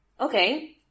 Okay